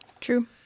True